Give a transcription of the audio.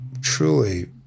truly